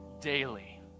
daily